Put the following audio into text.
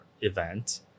event